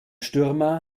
stürmer